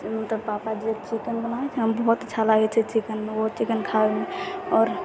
मतलब पापा जे चिकन बनाबै छै बहुत अच्छा लागै छै चिकेन ओ चिकन खाबैमे आओर